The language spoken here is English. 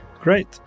Great